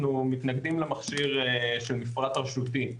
אנחנו מתנגדים למכשיר של מפרט רשותי.